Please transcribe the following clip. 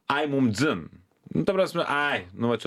ai mum dzin nu ta prasme ai nu va čia